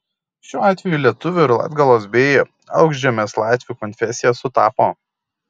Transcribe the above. šiuo atveju lietuvių ir latgalos bei aukšžemės latvių konfesija sutapo